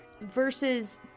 versus